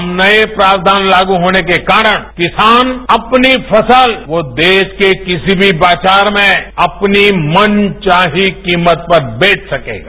अब नये प्रावधान लागू होने के कारण किसान अपनी फसल वो देश के किसी भी बाजार में अपनी मनचाही कीमत पर बेच सकेंगे